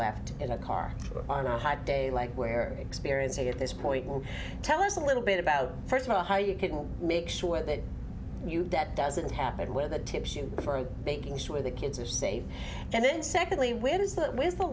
left in a car on a hot day like where experiencing at this point will tell us a little bit about first of all how you could make sure that you that doesn't happen where the tips you for making sure the kids are safe and then secondly when is th